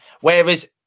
Whereas